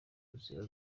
buzima